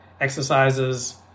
exercises